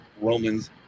Romans